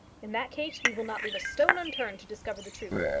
in that case we will not leave a stone unturned to discover the truth.